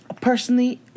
personally